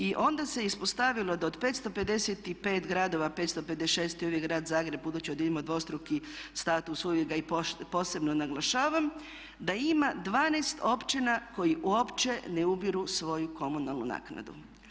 I onda se ispostavilo da od 555 gradova, 556 je uvijek Grad Zagreb, budući da ima dvostruki status uvijek ga i posebno naglašavam, da ima 12 općina koji uopće ne ubiru svoju komunalnu naknadu.